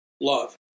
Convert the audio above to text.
love